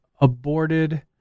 aborted